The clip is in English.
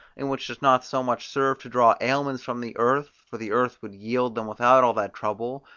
and which does not so much serve to draw aliments from the earth, for the earth would yield them without all that trouble,